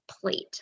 plate